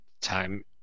time